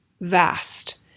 vast